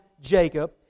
Jacob